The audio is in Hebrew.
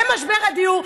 במשבר הדיור,